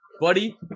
buddy